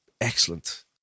excellent